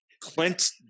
Clint